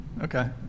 okay